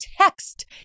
text